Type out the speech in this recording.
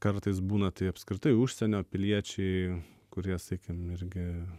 kartais būna tai apskritai užsienio piliečiai kurie sakykim irgi